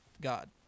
God